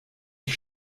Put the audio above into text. ich